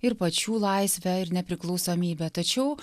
ir pačių laisvę ir nepriklausomybę tačiau